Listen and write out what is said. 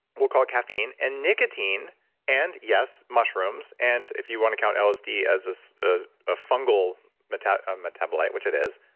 we'll call it caffeine and nicotine and yes, mushrooms, and if you want to count lsd as as ah a fungal metabolite, which it is,